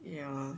yeah